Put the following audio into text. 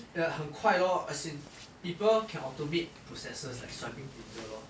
err 很快 lor as in people can automate processes like swiping tinder lor